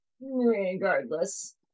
regardless